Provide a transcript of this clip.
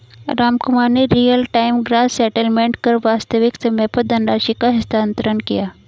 रामकुमार ने real time gross settlement कर वास्तविक समय पर धनराशि का हस्तांतरण किया